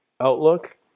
outlook